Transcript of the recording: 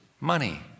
money